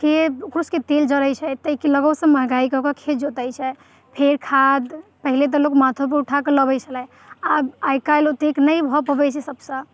के खूबके तेल जड़ैत छै ताहिके लऽकऽ ओ सभ महंगाइ कऽकऽ खेत जोतैत छै फेर खाद पहिले तऽ लोक माथो पर उठाके लबैत छलै आब आइ काल्हि ओतेक नहि भऽ पबैत छै सभसँ